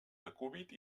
decúbit